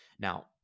Now